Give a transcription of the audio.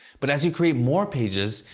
but as you create more pages,